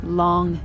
long